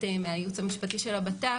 מהייעוץ המשפטי של המשרד לביטחון הפנים,